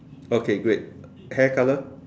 okay great hair colour